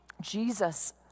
Jesus